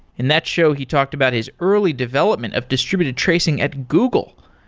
in that show he talked about his early development of distributed tracing at google.